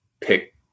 pick